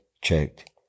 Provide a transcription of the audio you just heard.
checked